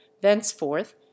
Thenceforth